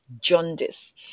jaundice